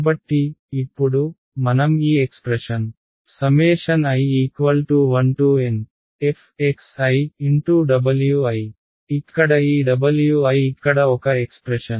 కాబట్టి ఇప్పుడు మనం ఈ ఎక్స్ప్రెషన్ i1NfWi ఇక్కడ ఈ Wi ఇక్కడ ఒక ఎక్స్ప్రెషన్